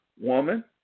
Woman